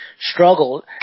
struggle